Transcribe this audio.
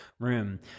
room